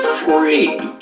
free